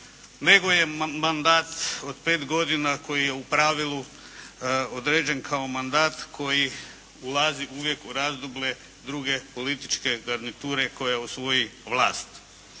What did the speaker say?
nego je mandat od pet godina koji je u pravilu određen kao mandat koji ulazi uvijek u razdoblje druge političke garniture koja osvoji vlast.